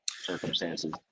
circumstances